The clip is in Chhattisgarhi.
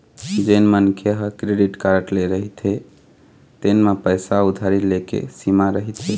जेन मनखे ह क्रेडिट कारड ले रहिथे तेन म पइसा उधारी ले के सीमा रहिथे